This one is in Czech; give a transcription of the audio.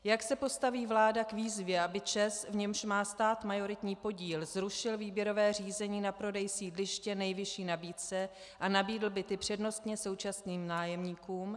Jak se postaví vláda k výzvě, aby ČEZ, v němž má stát majoritní podíl, zrušil výběrové řízení na prodej sídliště nejvyšší nabídce a nabídl byty přednostně současným nájemníkům?